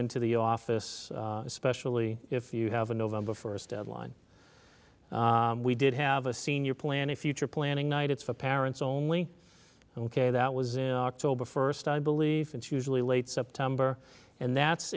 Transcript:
into the office especially if you have a november first deadline we did have a senior plan a future planning night it's for parents only ok that was in october first i believe it's usually late september and that's